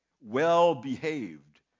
well-behaved